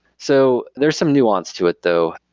so there's some nuance to it though.